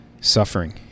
suffering